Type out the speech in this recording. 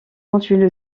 continuer